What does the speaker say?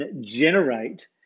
generate